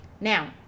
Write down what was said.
Now